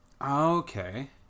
Okay